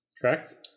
correct